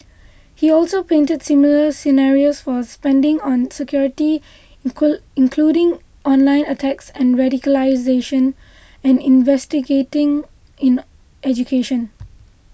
he also painted similar scenarios for spending on security including online attacks and radicalisation and investigating in education